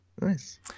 nice